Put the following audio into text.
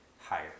higher